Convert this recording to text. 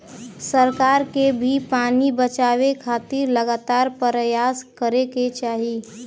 सरकार के भी पानी बचावे खातिर लगातार परयास करे के चाही